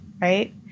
right